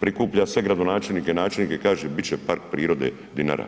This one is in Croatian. prikuplja sve gradonačelnike i načelnike i kaže bit će park prirode Dinara.